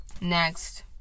Next